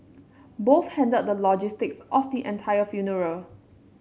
both handled the logistics of the entire funeral